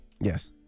Yes